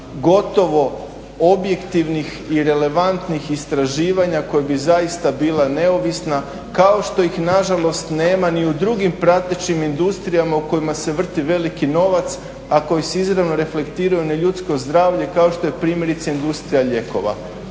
gotovo objektivnih i relevantnih istraživanja koje bi zaista bila neovisna kao što ih nažalost nema ni u drugim pratećim industrijama u kojima se vrti veliki novac a koji se izravno reflektiraju na ljudsko zdravlje kao što je primjerice industrija lijekova.